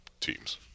teams